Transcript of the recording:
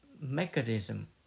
mechanism